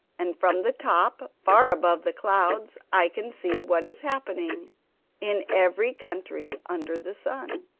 and from the top, far above the clouds, i can see what is happening in every country under the sun